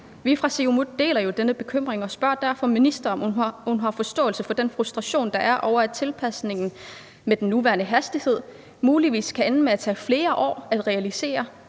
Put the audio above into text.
Vi fra Siumut deler jo denne bekymring og spørger derfor ministeren, om hun har forståelse for den frustration, der er, over, at tilpasningen med den nuværende hastighed muligvis kan ende med at tage flere år at realisere,